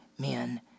men